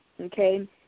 Okay